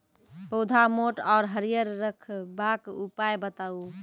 पौधा मोट आर हरियर रखबाक उपाय बताऊ?